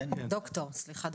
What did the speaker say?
דוקטור, סליחה.